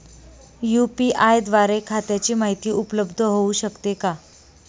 UPI द्वारे खात्याची माहिती उपलब्ध होऊ शकते का?